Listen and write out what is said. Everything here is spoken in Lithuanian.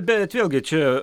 bet vėlgi čia